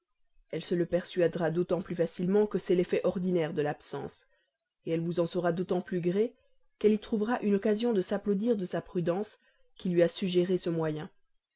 elle se le persuadera d'autant plus facilement que c'est l'effet ordinaire de l'absence elle vous en saura d'autant plus de gré qu'elle y trouvera une occasion de s'applaudir de sa prudence qui lui a suggéré ce moyen